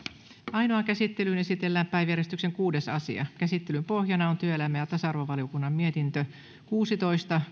ainoaan käsittelyyn esitellään päiväjärjestyksen kuudes asia käsittelyn pohjana on työelämä ja tasa arvovaliokunnan mietintö kuusitoista